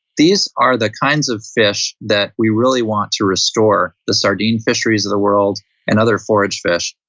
these are the kinds of fish that we really want to restore, the sardine fisheries of the world and other forage fish,